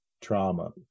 trauma